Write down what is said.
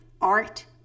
art